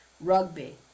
rugby